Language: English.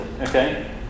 okay